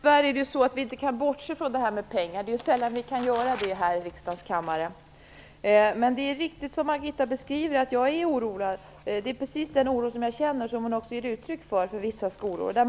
Herr talman! Tyvärr kan vi inte bortse från pengar - det är sällan vi kan göra det i riksdagens kammare. Men det är riktigt, som Margitta Edgren beskriver, att jag är oroad. Det är precis den oro för vissa skolor som jag känner som hon ger uttryck för.